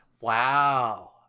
Wow